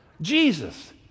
jesus